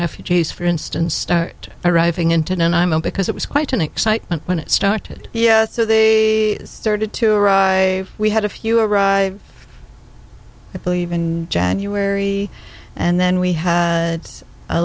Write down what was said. refugees for instance start arriving in tin and imo because it was quite an excitement when it started yes so they started to or i we had a few arrive i believe in january and then we had a